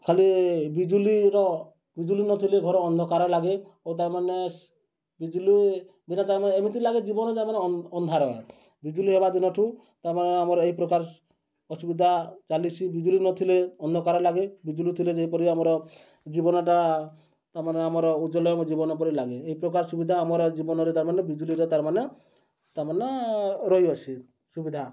ଖାଲି ବିଜୁଲିର ବିଜୁଲି ନଥିଲେ ଘର ଅନ୍ଧକାର ଲାଗେ ଓ ତାମାନେ ବିଜୁଲି ବିନା ତାରମାନେ ଏମିତି ଲାଗେ ଜୀବନ ତାମାନେ ଅନ୍ଧାର ବିଜୁଳି ହେବା ଦିନଠୁ ତାମାନେ ଆମର ଏହି ପ୍ରକାର ଅସୁବିଧା ଚାଲିଛି ବିଜୁଳି ନଥିଲେ ଅନ୍ଧକାର ଲାଗେ ବିଜୁଳି ଥିଲେ ଯେପରି ଆମର ଜୀବନଟା ତାମାନେ ଆମର ଉଜ୍ଜଲମୟ ଜୀବନ ପରି ଲାଗେ ଏଇ ପ୍ରକାର ସୁବିଧା ଆମର ଜୀବନରେ ତାମାନେ ବିଜୁଲିରେ ତାରମାନେ ତାମାନେ ରହିଅଛି ସୁବିଧା